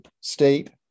state